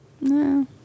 No